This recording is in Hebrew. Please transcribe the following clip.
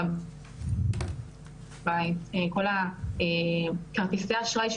פשוט לקחתי את כל הדברים הטכנולוגיים האלה,